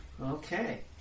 Okay